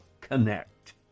connect